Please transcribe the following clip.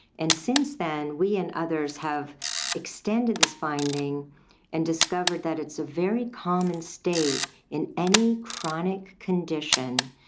and since then we and others have extended this finding and discovered that it's a very common state in any chronic condition,